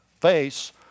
face